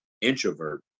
introvert